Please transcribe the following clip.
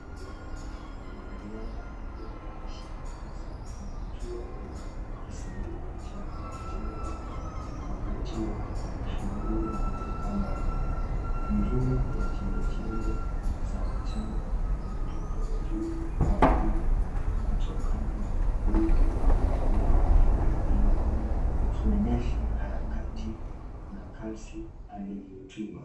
Mwanarihadha moja ameshika kasi Na kutua kwenye kisanduku cha mchanga, wakati wa masindano ya kuruka maji, mvua ya chendo chedo za mchanga imeruka juu kwa nguvu kutokana Na nguzo was mwili wake ardhini ikionyesha harakati Na kalsi alivyotua.